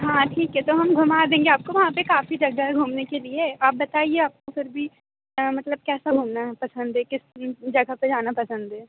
हाँ ठीक है तो हम घुमा देंगे आपको वहाँ पे काफ़ी जगह है घूमने के लिए आप बताइए आपको फिर भी मतलब कैसा घूमना पसंद है किस जगह पे जाना पसंद हे